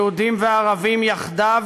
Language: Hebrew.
יהודים וערבים יחדיו,